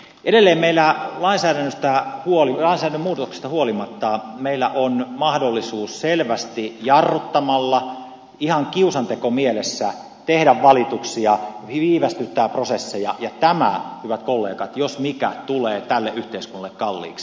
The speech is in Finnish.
edelleen meillä lainsäädännön muutoksista huolimatta on mahdollisuus selvästi jarruttamalla ihan kiusantekomielessä tehdä valituksia viivästyttää prosesseja ja tämä hyvät kollegat jos mikä tulee tälle yhteiskunnalle kalliiksi